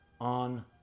on